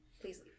Please